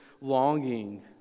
longing